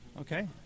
okay